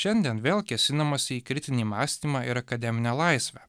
šiandien vėl kėsinamasi į kritinį mąstymą ir akademinę laisvę